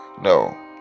no